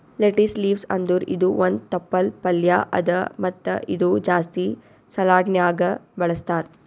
lettuce leaves ಅಂದುರ್ ಇದು ಒಂದ್ ತಪ್ಪಲ್ ಪಲ್ಯಾ ಅದಾ ಮತ್ತ ಇದು ಜಾಸ್ತಿ ಸಲಾಡ್ನ್ಯಾಗ ಬಳಸ್ತಾರ್